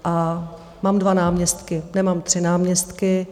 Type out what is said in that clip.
A mám dva náměstky, nemám tři náměstky.